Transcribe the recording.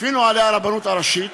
לפי נוהלי הרבנות הראשית